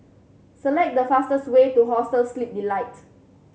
select the fastest way to Hostel Sleep Delight